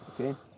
Okay